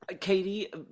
Katie